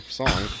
song